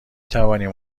توانیم